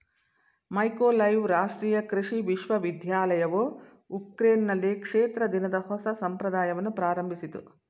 Mykolaiv ರಾಷ್ಟ್ರೀಯ ಕೃಷಿ ವಿಶ್ವವಿದ್ಯಾಲಯವು ಉಕ್ರೇನ್ನಲ್ಲಿ ಕ್ಷೇತ್ರ ದಿನದ ಹೊಸ ಸಂಪ್ರದಾಯವನ್ನು ಪ್ರಾರಂಭಿಸಿತು